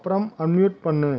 அப்புறம் அன்மியூட் பண்ணு